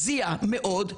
להזיע מאוד,